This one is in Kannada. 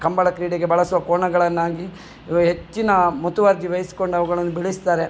ಕಂಬಳ ಕ್ರೀಡೆಗೆ ಬಳಸುವ ಕೋಣಗಳನ್ನಾಗಲಿ ಹೆಚ್ಚಿನ ಮುತುವರ್ಜಿ ವಹಿಸ್ಕೊಂಡು ಅವುಗಳನ್ನು ಬೆಳೆಸ್ತಾರೆ